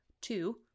Two